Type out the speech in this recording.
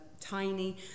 tiny